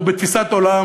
או בתפיסת עולם,